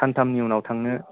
सानथामनि उनाव थांनो